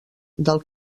del